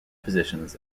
positions